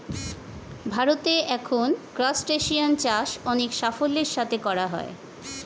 ভারতে এখন ক্রাসটেসিয়ান চাষ অনেক সাফল্যের সাথে করা হয়